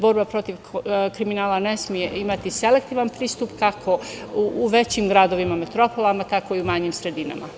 Borba protiv kriminala ne sme imati selektivan pristup, kako u većim gradovima, metropolama, tako i u manjim sredinama.